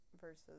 versus